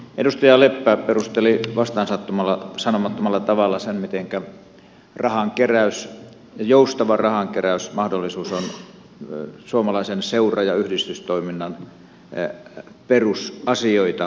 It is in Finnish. edustaja leppä perusteli vastaansanomattomalla tavalla sen mitenkä rahankeräys ja joustava rahankeräysmahdollisuus ovat suomalaisen seura ja yhdistystoiminnan perusasioita